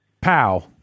Pow